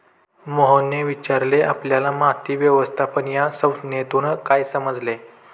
मोहनने विचारले आपल्याला माती व्यवस्थापन या संज्ञेतून काय समजले?